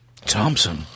Thompson